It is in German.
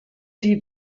die